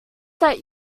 that